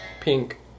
Pink